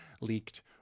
leaked